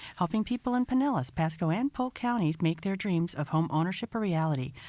helping people in pinellas, pasco, and polk counties make their dreams of home ownership a reality.